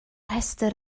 rhestr